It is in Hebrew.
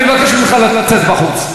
אני מבקש ממך לצאת בחוץ.